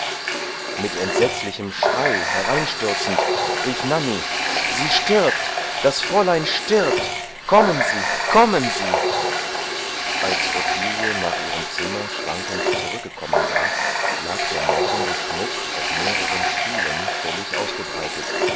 mit entsetzlichem schrei hereinstürzend rief nanny sie stirbt das fräulein stirbt kommen sie kommen sie als ottilie nach ihrem zimmer schwankend zurückgekommen war lag der morgende schmuck auf mehreren stühlen völlig ausgebreitet